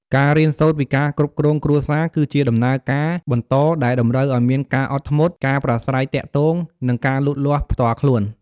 ការរៀនសូត្រពីការគ្រប់គ្រងគ្រួសារ គឺជាដំណើរការបន្តដែលតម្រូវឱ្យមានការអត់ធ្មត់ ការប្រាស្រ័យទាក់ទង និងការលូតលាស់ផ្ទាល់ខ្លួន។